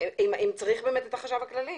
צריך את החשב הכללי.